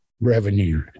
Revenue